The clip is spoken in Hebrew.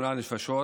נפשות,